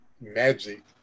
magic